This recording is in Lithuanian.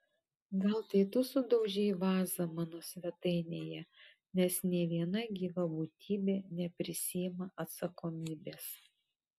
gal tai tu sudaužei vazą mano svetainėje nes nė viena gyva būtybė neprisiima atsakomybės